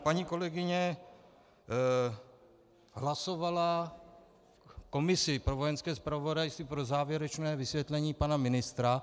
Paní kolegyně hlasovala v komisi pro Vojenské zpravodajství pro závěrečné vysvětlení pana ministra.